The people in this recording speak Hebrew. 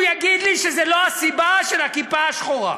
שמישהו יגיד לי שזה לא הסיבה של הכיפה השחורה.